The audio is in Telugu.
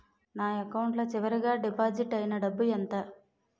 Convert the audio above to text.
నా అకౌంట్ లో చివరిగా డిపాజిట్ ఐనా డబ్బు ఎంత?